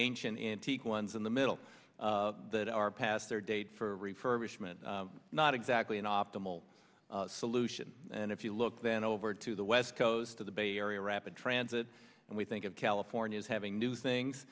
ancient antique ones in the middle that are past their date for refurbishment not exactly an optimal solution and if you look then over to the west coast of the bay area rapid transit and we think of california as having new things